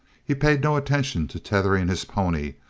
he paid no attention to tethering his pony,